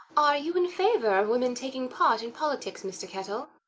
are you in favour of women taking part in politics, mr. kettle?